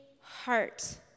heart